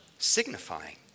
Signifying